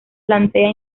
plantea